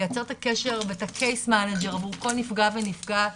לייצר את הקשר ואת ה- case manager עבור כל נפגע ונפגעת.